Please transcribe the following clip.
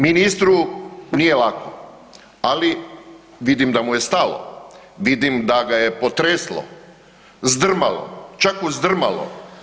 Ministru nije lako, ali vidim da mu je stalo, vidim da ga je potreslo, zdrmalo, čak uzdrmalo.